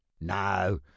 No